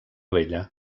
vella